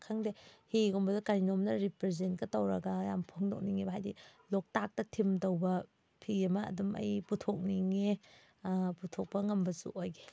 ꯈꯪꯗꯦ ꯍꯤꯒꯨꯝꯕꯗꯣ ꯀꯔꯤꯅꯣꯝꯅ ꯔꯤꯄ꯭ꯔꯖꯦꯟꯀ ꯇꯧꯔꯒ ꯌꯥꯝ ꯐꯣꯡꯗꯣꯛꯅꯤꯡꯉꯦꯕ ꯍꯥꯏꯗꯤ ꯂꯣꯛꯇꯥꯛꯇ ꯊꯤꯝ ꯇꯧꯕ ꯐꯤ ꯑꯃ ꯑꯗꯨꯝ ꯑꯩ ꯄꯨꯊꯣꯛꯅꯤꯡꯉꯤ ꯄꯨꯊꯣꯛꯄ ꯉꯝꯕꯁꯨ ꯑꯣꯏꯒꯦ